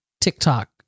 TikTok